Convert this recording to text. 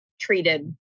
treated